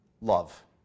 Love